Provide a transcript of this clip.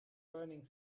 learning